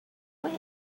way